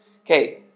Okay